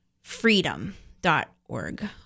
freedom.org